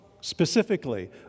specifically